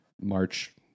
March